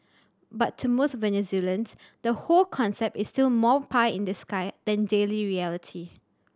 but to most Venezuelans the whole concept is still more pie in the sky than daily reality